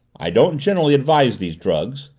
i don't generally advise these drugs,